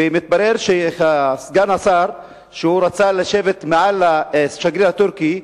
ומתברר שסגן השר, שרצה לשבת מעל לשגריר הטורקי,